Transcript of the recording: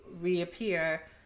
reappear